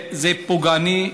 הוא פוגעני,